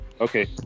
Okay